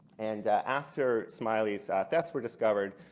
and after smiley's thefts were discovered,